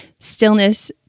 Stillness